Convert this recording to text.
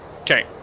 Okay